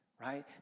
right